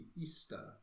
Easter